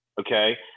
okay